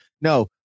No